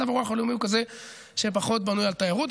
מצב הרוח הלאומי הוא כזה שפחות בנוי על תיירות.